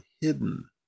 hidden